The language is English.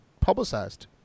publicized